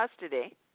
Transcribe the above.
custody